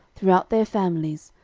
throughout their families,